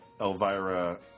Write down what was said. Elvira